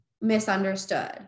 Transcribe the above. Misunderstood